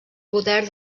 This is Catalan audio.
poder